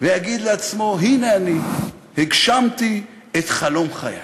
ויגיד לעצמו: הנה אני, הגשמתי את חלום חיי,